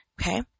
Okay